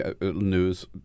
news